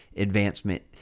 advancement